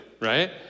right